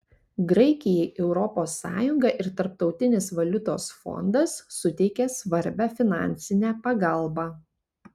graikijai europos sąjunga ir tarptautinis valiutos fondas suteikė svarbią finansinę pagalbą